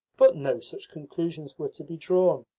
but no such conclusions were to be drawn.